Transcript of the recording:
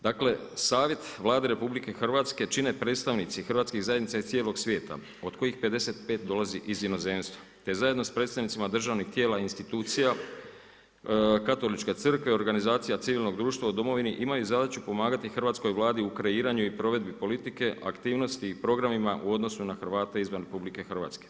Dakle, savjet Vlade RH čine predstavnici Hrvatskih zajednica iz cijelog svijeta od kojih 55 dolazi iz inozemstva te zajedno sa predstavnicima državnih tijela i institucija Katoličke crkve i organizacija civilnog društva u Domovini imaju zadaću pomagati hrvatskoj Vladi u kreiranju i provedbi politike, aktivnosti i programima u odnosu na Hrvate izvan RH.